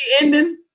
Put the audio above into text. ending